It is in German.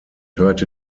hörte